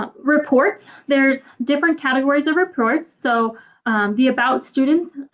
um reports, there's different categories of reports. so the about students,